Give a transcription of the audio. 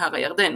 נהר הירדן,